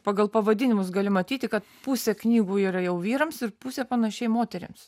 pagal pavadinimus gali matyti kad pusė knygų yra jau vyrams ir pusė panašiai moterims